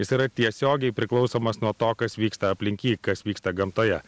jis yra tiesiogiai priklausomas nuo to kas vyksta aplink jį kas vyksta gamtoje